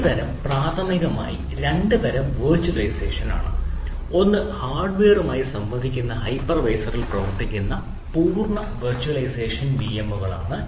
2 തരം പ്രാഥമികമായി 2 തരം വിർച്വലൈസേഷൻ ഒന്ന് ഹാർഡ്വെയറുമായി സംവദിക്കുന്ന ഹൈപ്പർവൈസറിൽ പ്രവർത്തിക്കുന്ന പൂർണ്ണ വിർച്വലൈസേഷൻ വിഎമ്മുകളാണ്